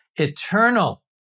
eternal